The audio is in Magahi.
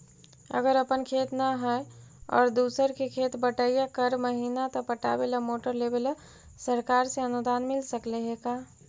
अगर अपन खेत न है और दुसर के खेत बटइया कर महिना त पटावे ल मोटर लेबे ल सरकार से अनुदान मिल सकले हे का?